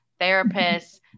therapists